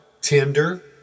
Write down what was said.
tender